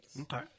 Okay